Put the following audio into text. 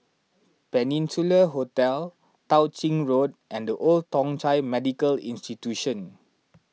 Peninsula Hotel Tao Ching Road and the Old Thong Chai Medical Institution